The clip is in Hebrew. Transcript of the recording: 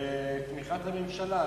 בתמיכת הממשלה.